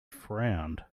frowned